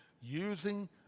using